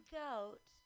goat